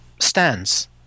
stands